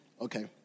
Okay